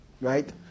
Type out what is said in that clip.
Right